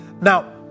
Now